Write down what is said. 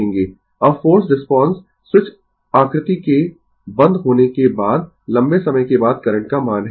अब forced response switch आकृति के बंद होने के बाद लंबे समय के बाद करंट का मान है